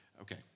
okay